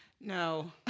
No